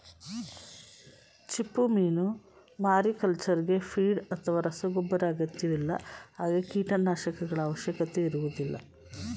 ಚಿಪ್ಪುಮೀನು ಮಾರಿಕಲ್ಚರ್ಗೆ ಫೀಡ್ ಅಥವಾ ರಸಗೊಬ್ಬರ ಅಗತ್ಯವಿಲ್ಲ ಹಾಗೆ ಕೀಟನಾಶಕಗಳ ಅವಶ್ಯಕತೆ ಇರೋದಿಲ್ಲ